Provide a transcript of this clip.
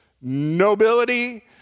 nobility